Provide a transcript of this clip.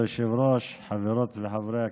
היושב-ראש, חברות וחברי הכנסת,